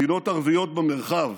מדינות ערביות במרחב